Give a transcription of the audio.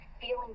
feeling